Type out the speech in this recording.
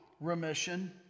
remission